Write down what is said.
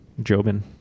Jobin